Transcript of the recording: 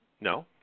No